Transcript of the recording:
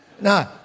No